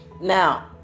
Now